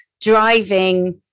driving